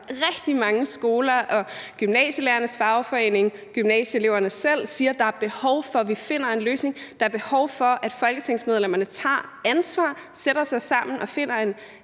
sektoren, rigtig mange skoler, gymnasielærernes fagforening og gymnasieeleverne selv siger, at der er behov for, at vi finder en løsning, at der er behov for, at folketingsmedlemmerne tager ansvar og sætter sig sammen og finder en